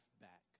back